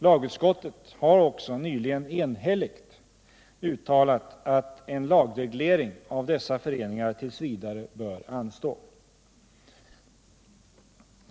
Lagutskottet har också nyligen enhälligt uttalat att en lagreglering av dessa föreningar t. v. bör anstå.